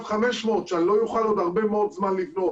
500 שאני לא אוכל עוד הרבה מאוד זמן לבנות.